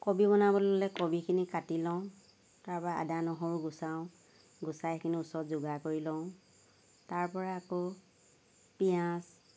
কবি বনাবলৈ ল'লে কবিখিনি কাটি লওঁ তাৰ পৰা আদা নহৰু গুচাওঁ গুচাই সেইখিনি ওচৰত যোগাৰ কৰি লওঁ তাৰ পৰা আকৌ পিঁয়াজ